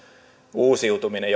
uusiutuminen